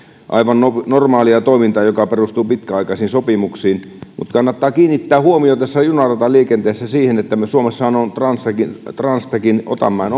aivan normaalia toimintaa joka perustuu pitkäaikaisiin sopimuksiin mutta kannattaa kiinnittää huomio tässä junarataliikenteessä siihen että suomessahan on oma transtechin otanmäen